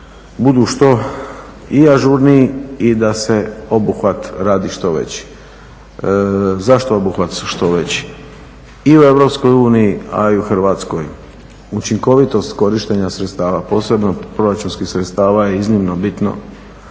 budu što i ažurniji i da se obuhvat radi što veći. Zašto obuhvat što veći? I u EU, a i u Hrvatskoj učinkovitost korištenja sredstava, posebno proračunskih sredstava je iznimno bitno